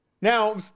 Now